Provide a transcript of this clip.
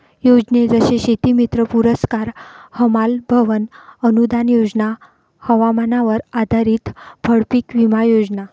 योजने जसे शेतीमित्र पुरस्कार, हमाल भवन अनूदान योजना, हवामानावर आधारित फळपीक विमा योजना